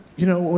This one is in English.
you know,